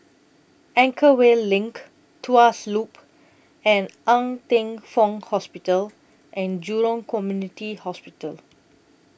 Anchorvale LINK Tuas Loop and Ng Teng Fong Hospital and Jurong Community Hospital